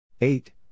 Eight